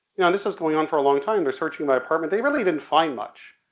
you know this is going on for a long time, they're searching my apartment, they really didn't find much.